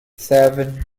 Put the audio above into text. seven